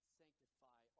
sanctify